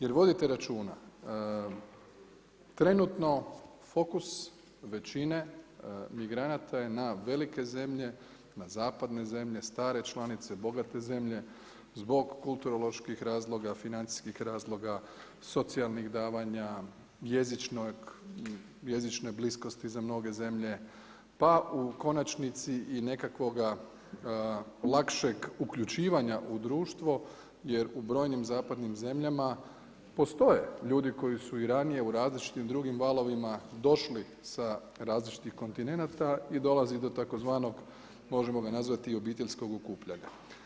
Jer vodite računa, trenutno fokus većine migranata je na velike zemlje, na zapadne zemlje, stare članice, bogate zemlje zbog kulturoloških razloga, financijskih razloga, socijalnih davanja, jezične bliskosti za mnoge zemlje, pa u konačnici i nekakvoga lakšeg uključivanja u društvo jer u brojnim zapadnim zemljama postoje ljudi koji su i ranije u različitim drugim valovima došli sa različitih kontinenata i dolazi do tzv. možemo ga nazvati obiteljskog okupljanja.